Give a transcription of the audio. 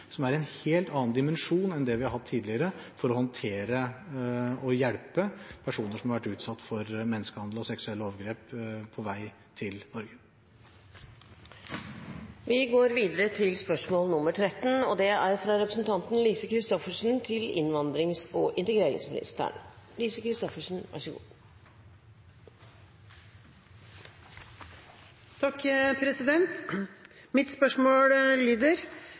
som er av en helt annen dimensjon enn vi har hatt tidligere, for å håndtere og hjelpe personer som har vært utsatt for menneskehandel og seksuelle overgrep på vei til